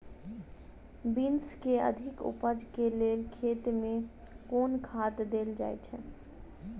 Beans केँ अधिक उपज केँ लेल खेत मे केँ खाद देल जाए छैय?